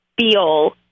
feel